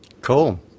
Cool